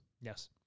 Yes